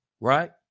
right